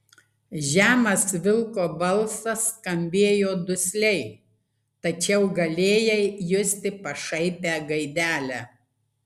žemas vilko balsas skambėjo dusliai tačiau galėjai justi pašaipią gaidelę